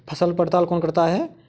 फसल पड़ताल कौन करता है?